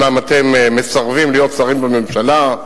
אומנם אתם מסרבים להיות שרים בממשלה,